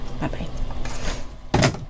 Bye-bye